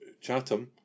Chatham